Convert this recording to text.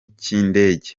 cy’indege